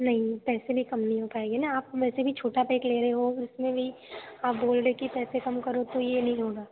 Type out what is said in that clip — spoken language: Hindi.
नहीं पैसे भी कम नहीं हो पाएँगे ना आप वैसे भी छोटा पैक ले रहे हो उसमें भी आप बोल रहे कि पैसे कम करो तो ये नहीं होगा